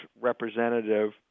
representative